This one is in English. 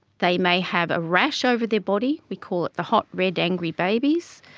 they may have a rash over their body, we call it the hot, red, angry babies.